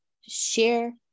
share